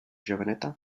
joveneta